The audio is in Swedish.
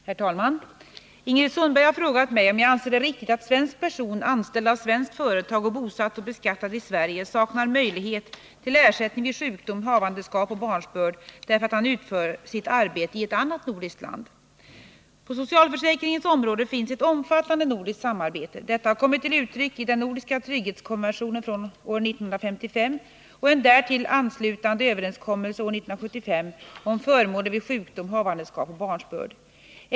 Herr talman! Ingrid Sundberg har frågat mig om jag anser det riktigt att svensk person, anställd av svenskt företag och bosatt och beskattad i Sverige, saknar möjlighet till ersättning vid sjukdom, havandeskap och barnsbörd, därför att han utför sitt arbete i annat nordiskt land. På socialförsäkringens område finns ett omfattande nordiskt samarbete. Detta har kommit till uttryck i den nordiska trygghetskonventionen från år 1955 och en därtill anslutande överenskommelse år 1975 om förmåner vid sjukdom, havandeskap och barnsbörd.